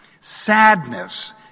Sadness